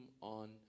on